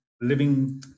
living